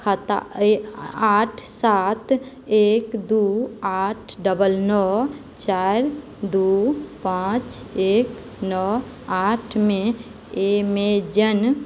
खाता आठ सात एक दू आठ डबल नओ चारि दू पाँच एक नओ आठमे एमेज़न